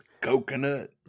coconut